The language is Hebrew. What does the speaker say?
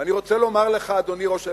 ואני רוצה לומר לך, אדוני ראש הממשלה,